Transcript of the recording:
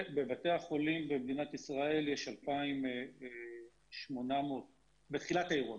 אני אדייק אותו: בתחילת האירוע,